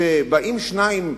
שבאים אליו,